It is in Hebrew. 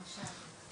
רשאי.